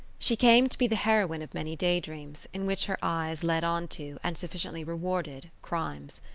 she came to be the heroine of many day-dreams, in which her eyes led on to, and sufficiently rewarded, crimes.